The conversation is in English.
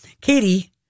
Katie